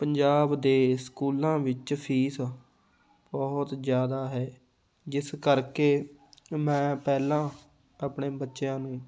ਪੰਜਾਬ ਦੇ ਸਕੂਲਾਂ ਵਿੱਚ ਫੀਸ ਬਹੁਤ ਜ਼ਿਆਦਾ ਹੈ ਜਿਸ ਕਰਕੇ ਮੈਂ ਪਹਿਲਾਂ ਆਪਣੇ ਬੱਚਿਆਂ ਨੂੰ